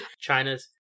China's